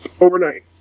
overnight